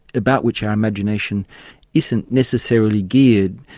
about which our imagination isn't necessarily geared,